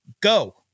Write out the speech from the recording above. go